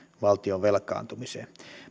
valtion velkaantumiseen